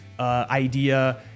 Idea